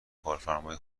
کارفرمای